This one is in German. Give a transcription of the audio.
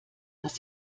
dass